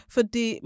Fordi